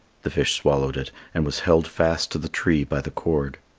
the fish swallowed it and was held fast to the tree by the cord.